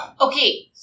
Okay